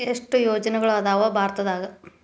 ಎಷ್ಟ್ ಯೋಜನೆಗಳ ಅದಾವ ಭಾರತದಾಗ?